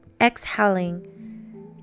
exhaling